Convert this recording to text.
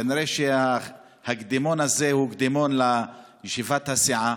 כנראה שהקדימון הזה הוא קדימון לישיבת הסיעה.